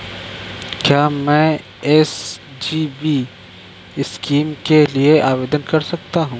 क्या मैं SGB scheme के लिए आवेदन कर सकता हूँ?